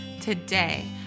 today